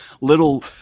little